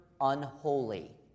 unholy